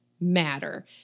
matter